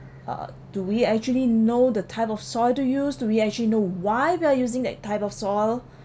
uh do we actually know the type of soil to use do we actually know why we are using that type of soil